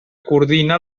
coordina